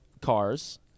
cars